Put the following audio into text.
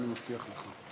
אני מבטיח לך.